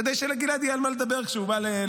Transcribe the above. כדי שלגלעד יהיה על מה לדבר כשהוא בא להתנגד.